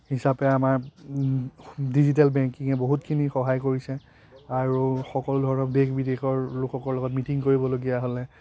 হিচাপে আমাৰ ডিজিটেল বেংকিঙে বহুতখিনি সহায় কৰিছে আৰু সকলো ধৰণৰ দেশ বিদেশৰ লোকসকলৰ লগত মিটিং কৰিবলগীয়া হ'লে